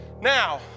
Now